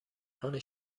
خانه